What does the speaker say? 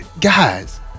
guys